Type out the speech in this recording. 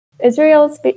Israel's